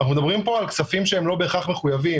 אנחנו מדברים פה על כספים שהם לא בהכרח מחויבים,